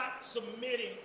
submitting